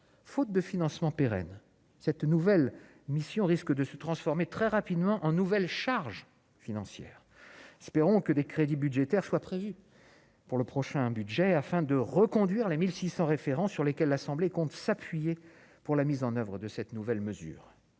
Faute de financement pérenne, cette nouvelle mission risque de se transformer très rapidement en nouvelle charge financière. Espérons que des crédits budgétaires soient prévus dans le prochain budget afin de reconduire les 1 600 référents sur lesquels l'Assemblée compte pour la mise en oeuvre de cette nouvelle mesure.